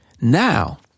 Now